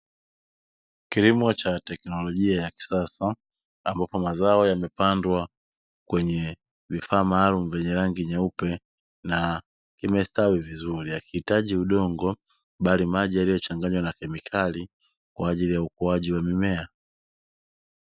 Kilimo cha teknolojia ya kisasa ambapo mazao yamepandwa kwenye vifaa maalumu vyenye rangi nyeupe na yamestawi vizuri hakihitaji udongo bali maji yaliyochanganywa na kemikali kwa ajili ya ukuaji wa mimea.